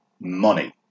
Money